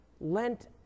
Lent